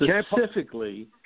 Specifically